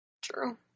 true